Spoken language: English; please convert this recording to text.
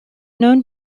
known